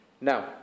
Now